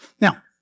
Now